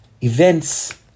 events